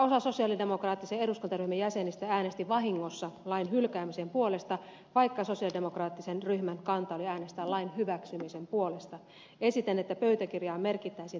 osa sosialidemokraattisen eduskuntaryhmän jäsenistä äänesti vahingossa lain hylkäämisen puolesta vaikka sosialidemokraattisen ryhmän kanta oli äänestää lain hyväksymisen puolesta joten esitän että pöytäkirjaan merkittäisiin tämä ilmoitus